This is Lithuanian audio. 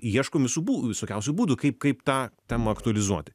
ieškom visų bū visokiausių būdų kaip kaip tą temą aktualizuoti